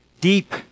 deep